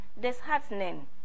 Disheartening